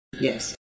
Yes